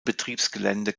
betriebsgelände